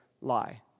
lie